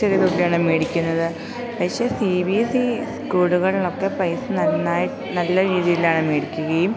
ചെറിയതൊക്കെയാണ് മേടിക്കുന്നത് പക്ഷേ C B S C സ്കൂളുകളിലൊക്കെ പൈസ നന്നായി നല്ല രീതിയിലാണ് മേടിക്കുകയും